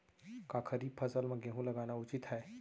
का खरीफ फसल म गेहूँ लगाना उचित है?